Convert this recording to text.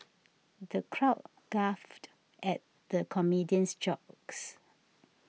the crowd guffawed at the comedian's jokes